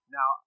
Now